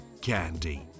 Candy